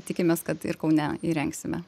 tikimės kad ir kaune įrengsime